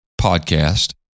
podcast